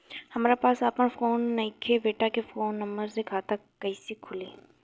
हमरा पास आपन फोन नईखे बेटा के फोन नंबर से खाता कइसे खुली?